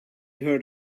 heard